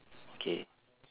okay